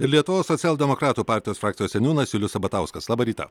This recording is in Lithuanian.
lietuvos socialdemokratų partijos frakcijos seniūnas julius sabatauskas labą rytą